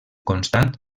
constant